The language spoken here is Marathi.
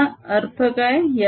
याचा अर्थ काय